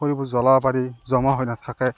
খৰিবোৰ জ্বলাব পাৰি জমা হৈ নাথাকে